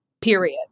period